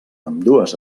ambdues